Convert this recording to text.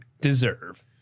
deserve